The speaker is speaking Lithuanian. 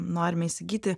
norime įsigyti